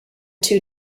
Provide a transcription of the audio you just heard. two